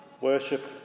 worship